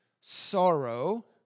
sorrow